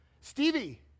Stevie